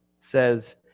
says